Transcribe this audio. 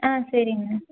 ஆ சரிங்கண்ணா